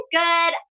good